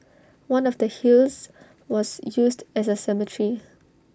one of the hills was used as A cemetery